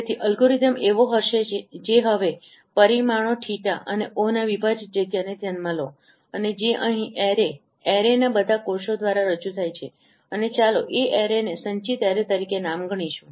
તેથી અલ્ગોરિધમ એવો હશે જે હવે તમે પરિમાણો થીટાθ અને ઓહρના વિભાજિત જગ્યાને ધ્યાનમાં લો અને જે અહીં એરે એરેના બધા કોષો દ્વારા રજૂ થાય છે અને ચાલો એ એરે ને સંચિત એરે તરીકે નામ ગણીશું